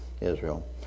Israel